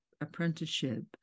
apprenticeship